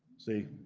see?